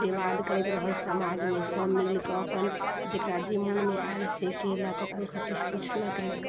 विवाद करैत रहल समाजमे सभ मिलकऽ अपन जकराजे मोनमे आयल से केलक ककरोसँ किछु पुछलक ने